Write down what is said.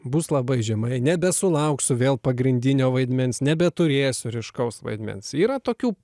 bus labai žemai nebesulauksiu vėl pagrindinio vaidmens nebeturėsiu ryškaus vaidmens yra tokių